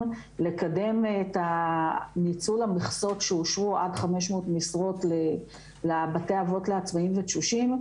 לקדם את ניצול המכסות שאושרו עד 500 מכסות לבתי אבות לעצמאים ותשושים,